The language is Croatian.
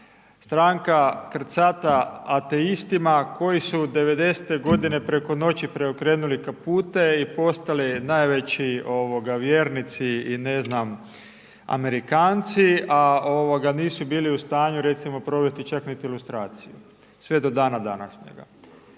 stranka krcata ateistima, koji su '90. g. koji su preko preokrenuli kapute i postali najveći vjernici i ne znam Amerikanci, a nisu bili u stanju provesti čak niti ilustraciju sve do dana današnjega.